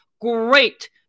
great